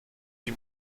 die